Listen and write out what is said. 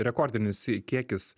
rekordinis kiekis